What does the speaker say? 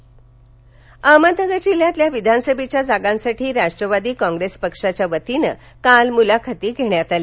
राष्टवादी अहमदनगर अहमदनगर जिल्ह्यातील विधानसभेच्या जागांसाठी राष्ट्रवादी काँग्रेस पक्षाच्या वतीनं काल मूलाखती घेण्यात आल्या